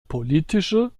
politische